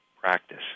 practice